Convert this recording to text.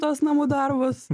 tuos namų darbus